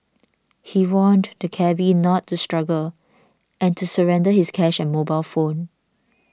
he warned the cabby not to struggle and to surrender his cash and mobile phone